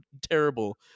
terrible